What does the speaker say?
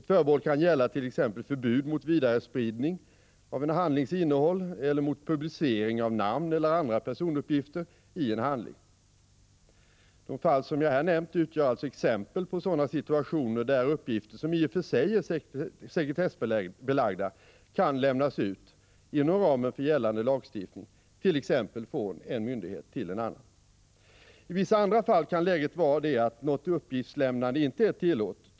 Ett förbehåll kan gälla t.ex. förbud mot vidarespridning av en handlings innehåll eller mot publicering av namn eller andra personuppgifter i en handling. De fall som jag här nämnt utgör alltså exempel på sådana situationer där uppgifter som i och för sig är sekretessbelagda kan lämnas ut inom ramen för gällande lagstiftning, t.ex. från en myndighet till en annan. I vissa andra fall kan läget vara det att något uppgiftslämnande inte är tillåtet.